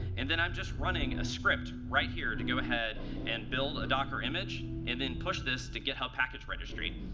and then i'm just running a script right here to go ahead and build a docker image, and then push this to github package registry.